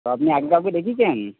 তো আপনি আগে কাউকে দেখিয়েছেন